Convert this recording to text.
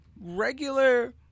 regular